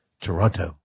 Toronto